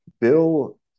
Bill